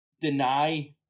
deny